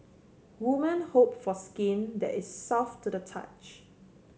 women hope for skin that is soft to the touch